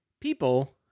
People